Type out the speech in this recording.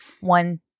one